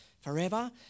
forever